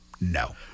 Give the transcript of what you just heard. No